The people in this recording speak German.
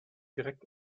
direkt